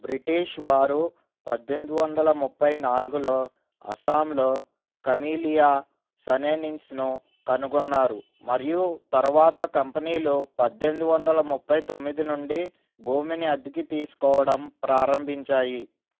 British వారు పద్దెనిమిది వందల ముప్పై నాలుగులో అస్సాంలో కమీలియా సనేనిన్స్ను కనుగొన్నారు మరియు తరువాత కంపెనీలు పద్దెనిమిది వందల ముప్పై తొమ్మిది నుండి భూమిని అద్దెకి తీసుకోవడం ప్రారంభించాయి